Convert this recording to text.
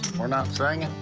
we're not singing?